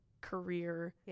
career